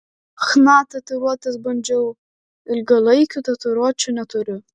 chna tatuiruotes bandžiau ilgalaikių tatuiruočių neturiu